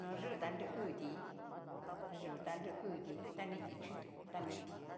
No yu ta nru'uuti yú ta nru'uuti, ta ni ti'chutu ta ni tina,